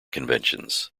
conventions